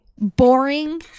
boring